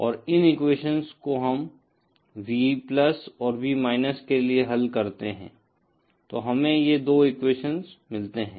और इन एक्वेशन्स को हम V और V के लिए हल करते हैं तो हमें ये 2 एक्वेशन मिलते हैं